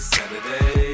Saturday